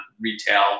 retail